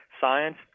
science